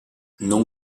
non